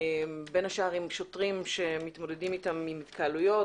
בין השאר עם שוטרים שמתמודדים אתם עם התקהלויות,